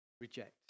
reject